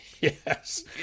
Yes